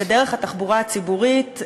ודרך התחבורה הציבורית,